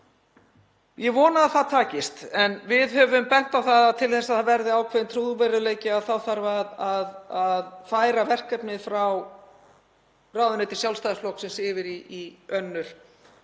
Ég vona að það takist en við höfum bent á að til þess að það verði ákveðinn trúverðugleiki þá þarf að færa verkefnið frá ráðuneyti Sjálfstæðisflokksins yfir í önnur